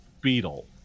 beetle